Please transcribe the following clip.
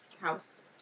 house